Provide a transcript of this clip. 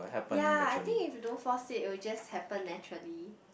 ya I think if you don't force it it'll just happen naturally